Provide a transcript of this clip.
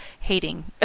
hating